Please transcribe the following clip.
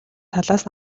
талаас